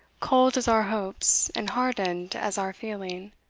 cold as our hopes, and hardened as our feeling